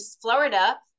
Florida